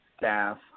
staff